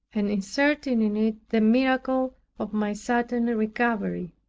and inserting in it the miracle of my sudden recovery.